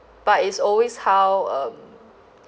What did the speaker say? but is always how um